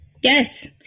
Yes